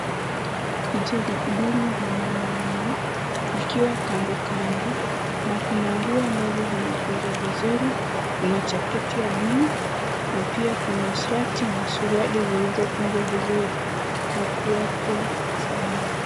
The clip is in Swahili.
Picha mbili za mwanamume zikiwa kandokando na kuna nguo ambazo zimekunjwa vizuri. Kuna jaketi ya buluu na pia kuna shati na suruali zilizopangwa vizuri na kuwekwa salama.